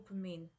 dopamine